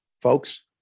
Folks